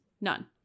None